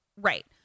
Right